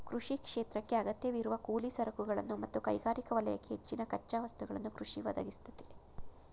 ಕೃಷಿ ಕ್ಷೇತ್ರಕ್ಕೇ ಅಗತ್ಯವಿರುವ ಕೂಲಿ ಸರಕುಗಳನ್ನು ಮತ್ತು ಕೈಗಾರಿಕಾ ವಲಯಕ್ಕೆ ಹೆಚ್ಚಿನ ಕಚ್ಚಾ ವಸ್ತುಗಳನ್ನು ಕೃಷಿ ಒದಗಿಸ್ತದೆ